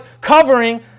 covering